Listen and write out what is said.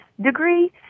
degree